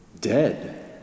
dead